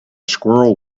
squirrel